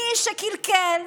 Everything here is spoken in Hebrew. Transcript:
מי שקלקל,